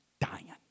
dying